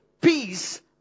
peace